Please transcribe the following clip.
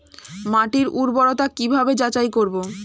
মাটির উর্বরতা কি ভাবে যাচাই করব?